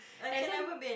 and then